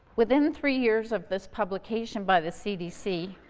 within three years of this publication by the cdc,